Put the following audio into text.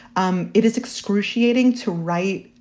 um it is excruciating to write.